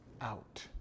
out